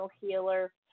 healer